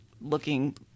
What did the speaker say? looking